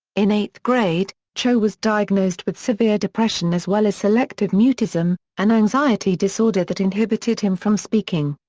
in eighth grade, cho was diagnosed with severe depression as well as selective mutism, an anxiety disorder that inhibited him from speaking.